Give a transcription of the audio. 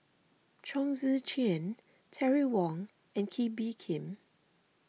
Chong Tze Chien Terry Wong and Kee Bee Khim